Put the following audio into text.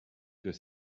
que